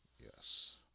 yes